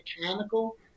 mechanical